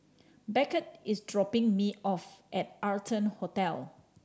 Beckett is dropping me off at Arton Hotel